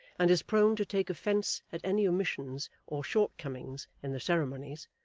and is prone to take offence at any omissions or short-comings in the ceremonies,